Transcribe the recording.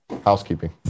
Housekeeping